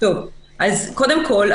קודם כל,